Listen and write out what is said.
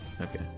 Okay